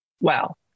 wow